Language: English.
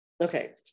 Okay